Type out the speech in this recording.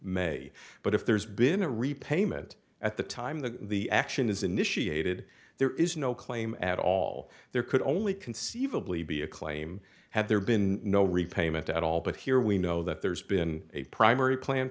may but if there's been a repayment at the time that the action is initiated there is no claim at all there could only conceivably be a claim had there been no repayment at all but here we know that there's been a primary plan